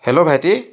hello ভাইটি